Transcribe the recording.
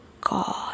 God